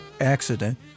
accident